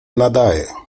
nadaję